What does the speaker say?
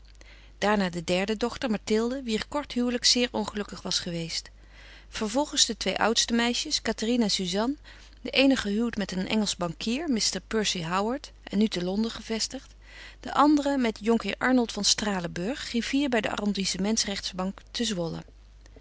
daarna de derde dochter mathilde wier kort huwelijk zeer ongelukkig was geweest vervolgens de twee oudste meisjes cathérine en suzanne de eene gehuwd met een engelsch bankier mr percy howard en nu te londen gevestigd de andere met jhr arnold van stralenburg griffier bij de arrondissements rechtbank te zwolle